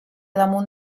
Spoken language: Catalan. damunt